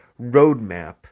roadmap